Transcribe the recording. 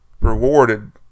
rewarded